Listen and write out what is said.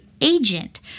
agent